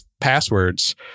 passwords